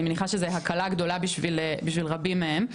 אני מניחה שזו הקלה גדולה בשביל רבים מהם.